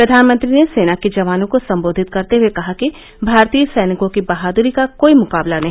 प्रधानमंत्री ने सेना के जवानों को संबोधित करते हुए कहा कि भारतीय सैनिकों की बहादुरी का कोई मुकाबला नहीं